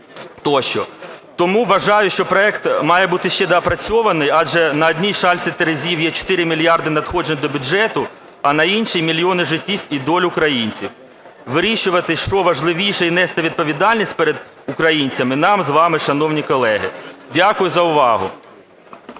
Тому вважаю, що проект має бути ще доопрацьований, адже на одній шальці терезів є 4 мільярда надходжень до бюджету, а на іншій – мільйони життів і доль українців. Вирішувати, що важливіше і нести відповідальність перед українцями нам з вами, шановні колеги. Дякую за увагу.